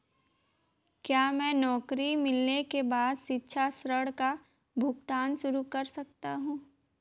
क्या मैं नौकरी मिलने के बाद शिक्षा ऋण का भुगतान शुरू कर सकता हूँ?